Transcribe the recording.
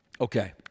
Okay